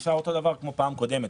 זה נשאר אותו דבר כמו בפעם הקודמת.